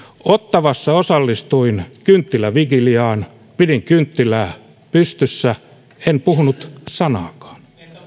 ottawassa osallistuin kynttilävigiliaan pidin kynttilää pystyssä en puhunut sanaakaan